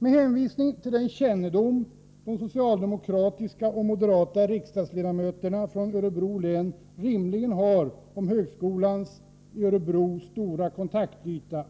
119 Med tanke på den kännedom som de socialdemokratiska och moderata riksdagsledamöterna från Örebro län rimligen har om högskolans i Örebro stora kontaktyta